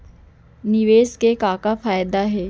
निवेश के का का फयादा हे?